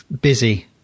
Busy